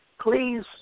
Please